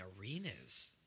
arenas